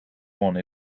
one